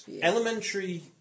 Elementary